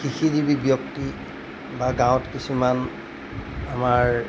কৃষিজীৱী ব্যক্তি বা গাঁৱত কিছুমান আমাৰ